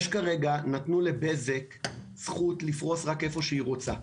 נתנו לבזק זכות לפרוס רק איפה שהיא רוצה.